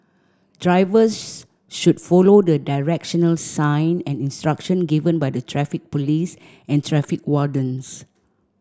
drivers should follow the directional sign and instruction given by the Traffic Police and traffic wardens